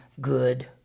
good